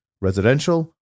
residential